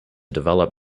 develop